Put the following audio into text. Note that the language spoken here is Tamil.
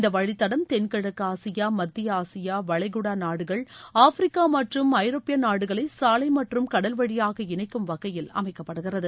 இந்த வழித்தடம் தென்கிழக்கு ஆசியா மத்திய ஆசியா வளைகுடா நாடுகள் ஆப்பிரிக்கா மற்றும் ஐரோப்பிய நாடுகளை சாலை மற்றும் கடல் வழியாக இணைக்கும் வகையில் அமைக்கப்படுகிறது